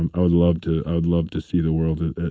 and i would love to ah love to see the world at